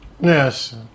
Yes